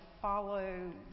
follow